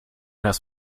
das